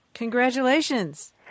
Congratulations